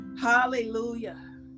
hallelujah